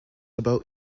about